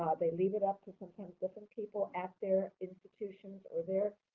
they leave it up to sometimes different people at their institutions or their